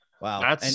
Wow